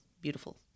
Beautiful